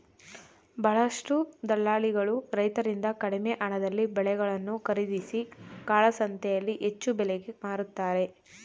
ಬಹಳಷ್ಟು ದಲ್ಲಾಳಿಗಳು ರೈತರಿಂದ ಕಡಿಮೆ ಹಣದಲ್ಲಿ ಬೆಳೆಗಳನ್ನು ಖರೀದಿಸಿ ಕಾಳಸಂತೆಯಲ್ಲಿ ಹೆಚ್ಚು ಬೆಲೆಗೆ ಮಾರುತ್ತಾರೆ